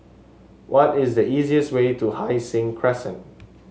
what is the easiest way to Hai Sing Crescent